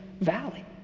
valley